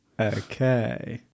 Okay